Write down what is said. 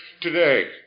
today